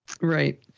right